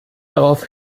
darauf